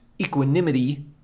equanimity